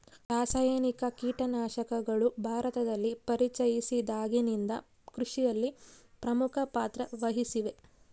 ರಾಸಾಯನಿಕ ಕೇಟನಾಶಕಗಳು ಭಾರತದಲ್ಲಿ ಪರಿಚಯಿಸಿದಾಗಿನಿಂದ ಕೃಷಿಯಲ್ಲಿ ಪ್ರಮುಖ ಪಾತ್ರ ವಹಿಸಿವೆ